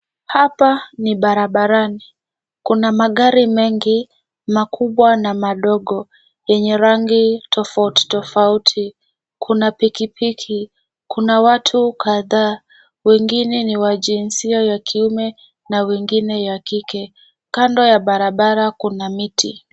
Hapa ni barabarani .Kuna magari mengi makubwa na madogo yenye rangi tofauti tofauti. Kuna pikipiki. Kuna watu kadhaa. Wengine ni wa jinsia ya kiume na wengine ni ya kike. Kando ya barabara kuna miti.